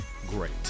great